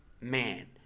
man